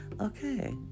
okay